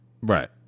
right